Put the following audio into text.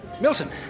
Milton